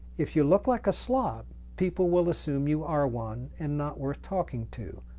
if you look like a slob people will assume you are one and not worth talking to